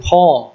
Paul